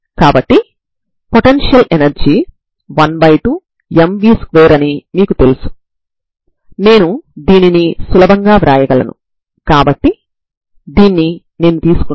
కాబట్టి మీరు ఈ వీడియోని చూడటం ద్వారా దీనిని చేయండి మరియు మీరు 0 నుండి L వరకు తీసుకుంటే సరిపోతుంది